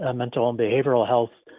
um and um behavioral health